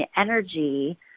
energy